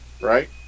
Right